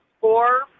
four